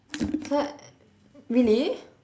what really